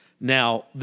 Now